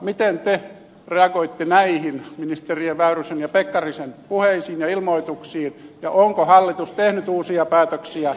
miten te reagoitte näihin ministereiden väyrysen ja pekkarisen puheisiin ja ilmoituksiin ja onko hallitus tehnyt uusia päätöksiä jatkosta